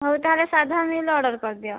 ହଉ ତାହାଲେ ସାଧା ମିଲ୍ ଅର୍ଡ଼ର କରିଦିଅ